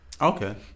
Okay